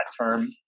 term